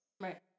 Right